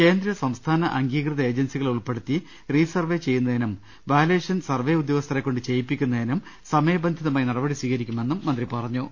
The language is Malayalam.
കേന്ദ്ര സംസ്ഥാന അംഗീകൃത ഏജൻസികളെ ഉൾപ്പെടുത്തി റീസർവെ ചെയ്യുന്നതിനും വാലേഷൻ സർവെ ഉദ്യോഗസ്ഥരെ കൊണ്ട് ചെയ്യിപ്പിക്കുന്നതിനും സമയബന്ധിതമായി നടപടി സ്വീകരി ക്കുമെന്നും മന്ത്രി അറിയിച്ചു